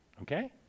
Okay